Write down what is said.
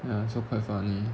ya so quite funny